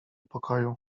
pokoju